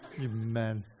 Amen